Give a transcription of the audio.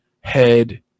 head